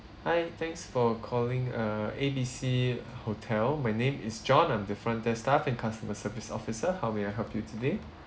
hi thanks for calling uh A B C hotel my name is john I'm the front desk staff and customer service officer how may I help you today